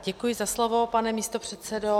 Děkuji za slovo, pane místopředsedo.